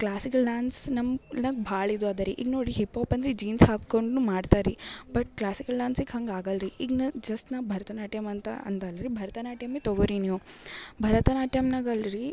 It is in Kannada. ಕ್ಲಾಸಿಕಲ್ ಡಾನ್ಸ್ ನಮ್ಮ ನಮ್ಗೆ ಭಾಳ ಇದು ಅದ ರೀ ಈಗ ನೋಡಿ ಹಿಪೊಪ್ ಅಂದರೆ ಜೀನ್ಸ್ ಹಾಕೊಂಡು ಮಾಡ್ತ ರೀ ಬಟ್ ಕ್ಲಾಸಿಕಲ್ ಡಾನ್ಸ್ಗೆ ಹಂಗೆ ಆಗೋಲ್ಲ ರೀ ಈಗ ನಾ ಜಸ್ಟ್ ನಾನು ಭರತನಾಟ್ಯಮ್ ಅಂತ ಅಂದರು ರೀ ಭರತನಾಟ್ಯಮ್ ತಗೋ ರೀ ನೀವು ಭರತನಾಟ್ಯಮ್ನಾಗ ಅಲ್ರಿ